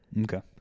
Okay